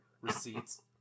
receipts